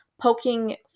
poking